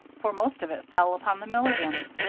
for most of it fell upon the milligans.